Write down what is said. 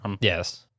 Yes